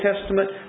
Testament